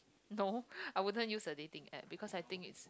no I wouldn't use the dating app because I think it's